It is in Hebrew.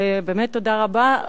ובאמת תודה רבה.